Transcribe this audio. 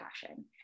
passion